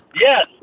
Yes